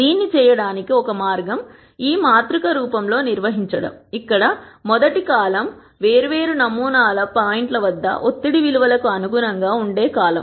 దీన్ని చేయటానికి ఒక మార్గం ఈ మాతృక రూపంలో నిర్వహించడం ఇక్కడ మొదటి కాలమ్ వేర్వేరు నమూనాలు పాయింట్ల వద్ద ఒత్తిడి విలువలకు అనుగుణంగా ఉండే కాలమ్